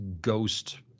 ghost